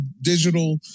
digital